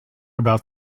about